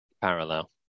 parallel